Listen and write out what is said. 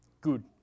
good